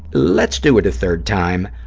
let's do it a third time.